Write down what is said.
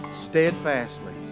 steadfastly